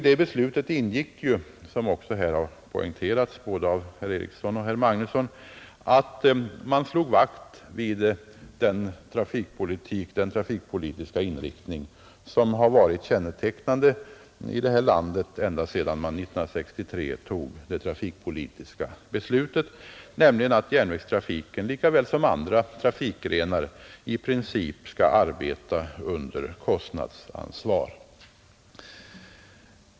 Det beslutet innebar — som också här har poängterats av både herr Eriksson och herr Magnusson — att man slog vakt om den trafikpolitiska inriktning som har varit kännetecknande för det här landets trafikpolitik ända sedan man fattade det trafikpolitiska beslutet 1963, nämligen att järnvägen lika väl som andratrafikgrenar i princip skall arbeta under kostnadsansvar.